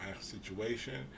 situation